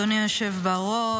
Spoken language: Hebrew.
אדוני היושב בראש.